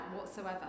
whatsoever